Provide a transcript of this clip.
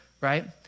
right